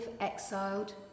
exiled